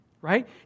right